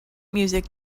music